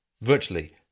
virtually